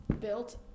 built